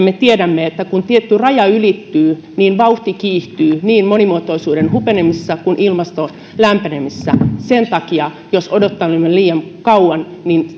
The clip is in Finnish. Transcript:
me tiedämme että kun tietty raja ylittyy niin vauhti kiihtyy niin monimuotoisuuden hupenemisessa kuin ilmaston lämpenemisessä sen takia jos odotamme liian kauan